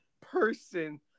person